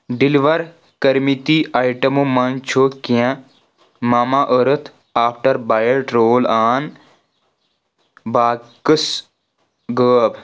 deliver کٔرمٕتۍ آیٹمو منٛز چھُ کینٛہہ ماما أرٕتھ آفٹر بایٹ رول آن باکٕس غٲب